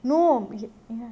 no ya